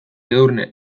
edurne